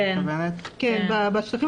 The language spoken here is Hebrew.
זה בחדר